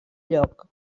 lloc